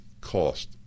cost